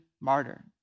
martyr